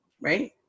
right